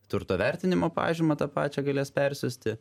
turto vertinimo pažymą tą pačią galės persiųsti